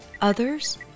Others